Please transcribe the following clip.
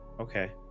okay